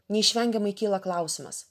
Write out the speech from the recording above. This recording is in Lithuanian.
neišvengiamai kyla klausimas